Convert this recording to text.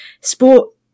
sport